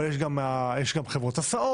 אבל יש גם חברות הסעות,